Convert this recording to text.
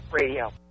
Radio